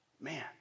Man